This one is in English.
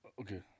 okay